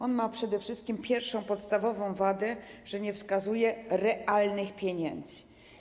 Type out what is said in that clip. On ma przede wszystkim pierwszą, podstawową wadę, że nie wskazuje realnych pieniędzy.